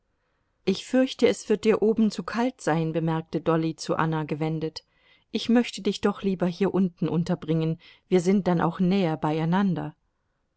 ich fürchte es wird dir oben zu kalt sein bemerkte dolly zu anna gewendet ich möchte dich doch lieber hier unten unterbringen wir sind dann auch näher beieinander